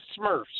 Smurfs